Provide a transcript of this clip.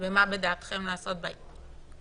ומה בדעתכם לעשות בעניין,